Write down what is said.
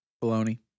Bologna